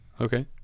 Okay